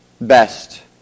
best